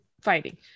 fighting